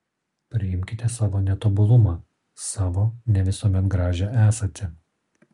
priimkite savo netobulumą savo ne visuomet gražią esatį